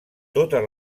totes